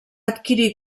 adquirir